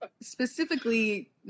Specifically